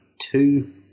two